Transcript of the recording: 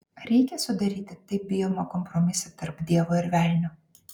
ar reikia sudaryti taip bijomą kompromisą tarp dievo ir velnio